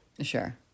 Sure